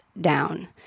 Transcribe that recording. down